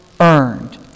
earned